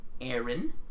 Aaron